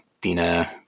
Dina